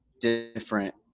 different